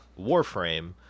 Warframe